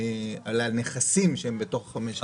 על הנכסים שהם בתוך חמש השנים.